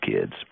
kids